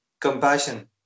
compassion